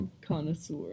connoisseur